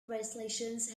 translations